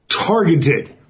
targeted